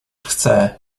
chcę